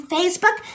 Facebook